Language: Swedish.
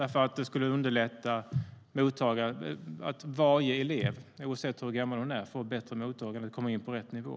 Det skulle underlätta mottagandet. Varje elev oavsett ålder får ett bättre mottagande och kan komma in på rätt nivå.